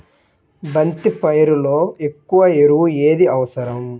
బంతి పైరులో ఎక్కువ ఎరువు ఏది అవసరం?